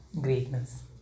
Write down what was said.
greatness